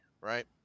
right